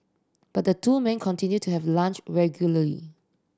but the two men continued to have lunch regularly